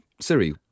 Siri